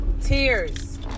tears